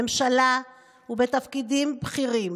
בממשלה ובתפקידים בכירים?